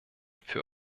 für